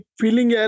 feeling